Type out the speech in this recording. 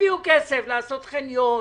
הביאו כסף לעשות חניון.